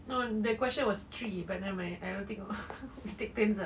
no the question was three but never mind I don't tengok we take turns ah